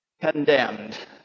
condemned